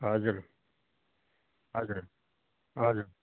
हजुर हजुर हजुर